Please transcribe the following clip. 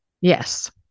Yes